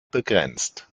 begrenzt